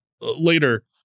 later